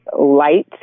light